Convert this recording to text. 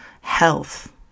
health